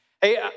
Hey